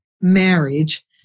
marriage